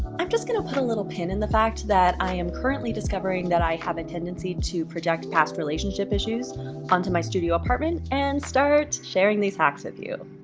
i'm going to put a little pin in the fact that i am currently discovering that i have a tendency to project past relationship issues onto my studio apartment, and start sharing these hacks with you.